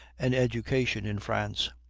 an education in france.